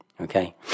okay